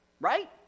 Right